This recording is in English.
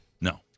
No